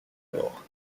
mort